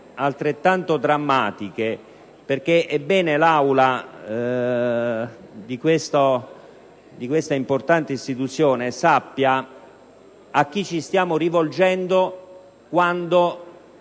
altrettanto drammatiche. È bene, allora, che l'Aula di questa importante istituzione sappia a chi ci stiamo rivolgendo quando